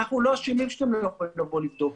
אנחנו לא אשמים שאתם לא יכולים לבוא לבדוק.